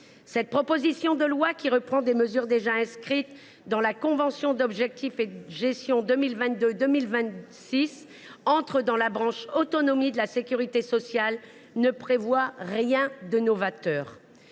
Cette proposition de loi, qui reprend des mesures déjà inscrites dans la convention d’objectifs et de gestion (COG) 2022 2026 entre l’État et la branche autonomie de la sécurité sociale, ne prévoit rien de novateur.